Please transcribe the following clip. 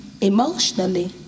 emotionally